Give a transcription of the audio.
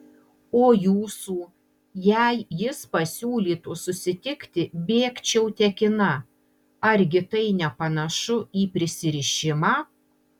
o jūsų jei jis pasiūlytų susitikti bėgčiau tekina argi tai nepanašu į prisirišimą